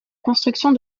construction